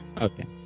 Okay